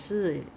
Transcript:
ask to 做